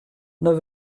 neuf